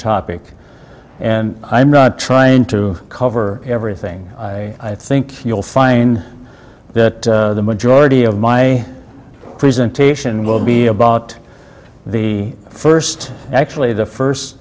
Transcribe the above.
topic and i'm not trying to cover everything i think you'll find that the majority of my presentation will be about the first actually the first